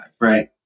Right